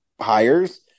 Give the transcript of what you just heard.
hires